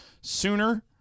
sooner